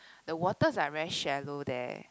the waters are very shallow there